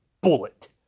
bullet